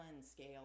scale